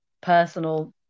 personal